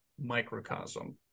microcosm